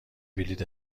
بلیط